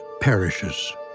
perishes